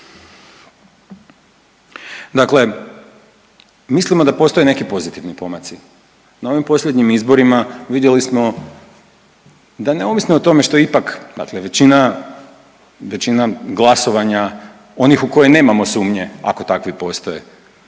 Dakle mislimo da postoje neki pozitivni pomaci. Na ovim posljednjim izborima vidjeli smo da neovisno o tome što ipak, dakle većina, većina glasovanja u onih u koje nemamo sumnje ako takvi postoje,